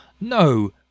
No